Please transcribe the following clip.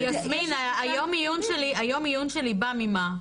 יסמין, יום העיון שלי בא ממה?